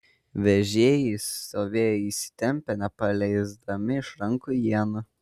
vežėjai stovėjo įsitempę nepaleisdami iš rankų ienų